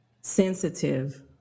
sensitive